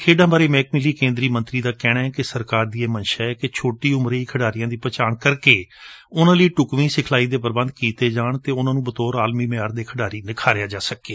ਖੇਡਾਂ ਬਾਰੇ ਮਹਿਕਮੇ ਲਈ ਕੇਦਰੀ ਮੰਤਰੀ ਦਾ ਕਹਿਣੈ ਕਿ ਸਰਕਾਰ ਦੀ ਇਹ ਮੰਸ਼ਾ ਏ ਕਿ ਛੋਟੀ ਉਮਰੇ ਹੀ ਖਿਡਾਰੀਆਂ ਦੀ ਪਹਿਚਾਣ ਕਰਕੇ ਉਨ੍ਨਾਂ ਲਈ ਢੁਕਵੀਂ ਸਿਖਲਾਈ ਦੇ ਪੂਬੰਧ ਕੀਤੇ ਜਾਣ ਅਤੇ ਉਨ੍ਨਾਂ ਨੂੰ ਬਤੌਰ ਆਲਮੀ ਮਿਆਰ ਦੇ ਖਿਡਾਰੀ ਨਿਖਾਰਿਆ ਜਾ ਸਕੇ